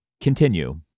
continue